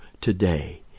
today